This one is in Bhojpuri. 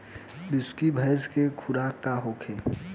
बिसुखी भैंस के खुराक का होखे?